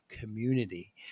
community